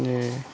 যে